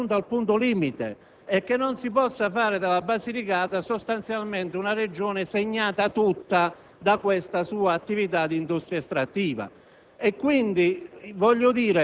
che ritiene che si sia giunti al punto limite e che non si possa fare della Basilicata, sostanzialmente, una Regione tutta segnata da attività dell'industria estrattiva.